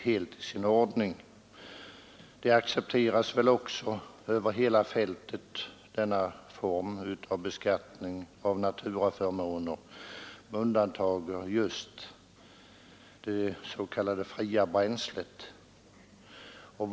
Denna form av beskattning av naturaförmåner accepteras väl också över hela fältet, med undantag just för det s.k. fria bränslet.